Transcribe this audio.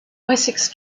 wessex